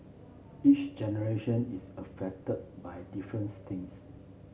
each generation is affected by difference things